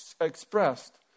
expressed